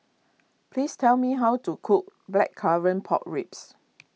please tell me how to cook Blackcurrant Pork Ribs